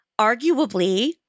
arguably